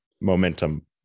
momentum